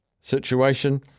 situation